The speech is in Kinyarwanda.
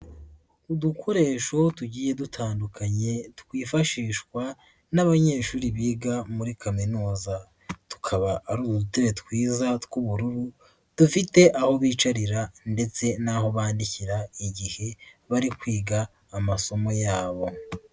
Udukoresho tugiye dutandukanye twifashishwa n'abanyeshuri biga muri kaminuza, tukaba ari udutebe twiza tw'ubururu, dufite aho bicarira ndetse n'aho bandikira igihe bari kwiga amasomo yabo.